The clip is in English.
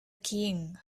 king